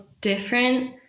different